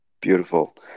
Beautiful